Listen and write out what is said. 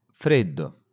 freddo